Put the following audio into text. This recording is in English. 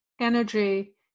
energy